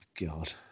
God